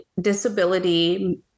disability